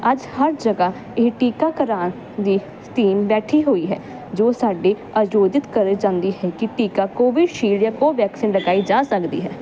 ਅੱਜ ਹਰ ਜਗਹਾ ਇਹ ਟੀਕਾ ਕਰਾਣ ਦੀ ਟੀਮ ਬੈਠੀ ਹੋਈ ਹੈ ਜੋ ਸਾਡੇ ਆਯੋਜਿਤ ਕਰੇ ਜਾਂਦੀ ਹੈ ਕਿ ਟੀਕਾ ਕੋਵਿਡ ਸ਼ੀਲਡ ਜਾ ਕੋਵੈਕਸੀਨ ਲਗਾਈ ਜਾ ਸਕਦੀ ਹੈ